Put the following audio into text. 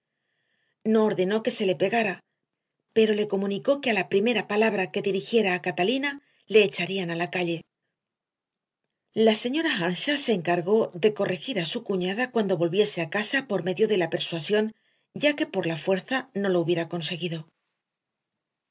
heathcliff no ordenó que se le pegara pero le comunicó que a la primera palabra que dirigiera a catalina le echarían a la calle la señora earnshaw se encargó de corregir a su cuñada cuando volviese a casa por medio de la persuasión ya que por la fuerza no lo hubiera conseguido